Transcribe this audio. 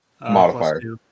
Modifier